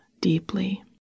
deeply